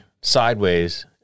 sideways